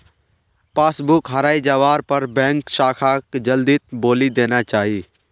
passbook हराई जवार पर बैंक शाखाक जल्दीत बोली देना चाई